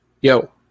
Yo